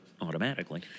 automatically